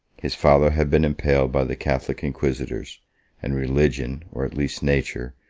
his father had been impaled by the catholic inquisitors and religion, or at least nature,